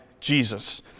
Jesus